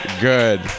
good